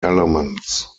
elements